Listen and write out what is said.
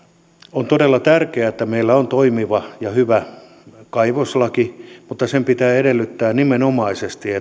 on todella tärkeää että meillä on toimiva ja hyvä kaivoslaki mutta sen pitää edellyttää nimenomaisesti